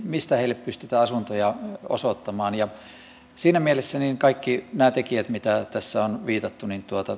mistä ihmisille pystytään asuntoja osoittamaan siinä mielessä kaikki nämä tekijät mihin tässä on viitattu